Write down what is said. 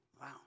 Wow